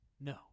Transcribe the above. No